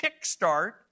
kickstart